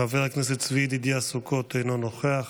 חבר הכנסת צבי ידידיה סוכות, אינו נוכח,